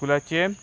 स्कुलाचें